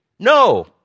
No